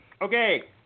Okay